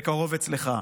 בקרוב אצלך.